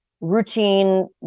routine